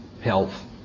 health